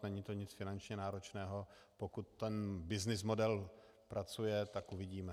Není to nic finančně náročného, pokud ten byznys model pracuje, tak uvidíme.